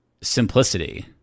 simplicity